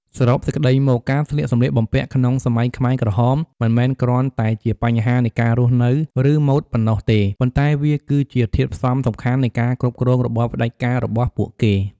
សរុបសេចក្តីមក ការស្លៀកសម្លៀកបំពាក់ក្នុងសម័យខ្មែរក្រហមមិនមែនគ្រាន់តែជាបញ្ហានៃការរស់នៅឬម៉ូដប៉ុណ្ណោះទេ ប៉ុន្តែវាគឺជាធាតុផ្សំសំខាន់នៃការគ្រប់គ្រងរបបផ្តាច់ការរបស់ពួកគេ។